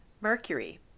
Mercury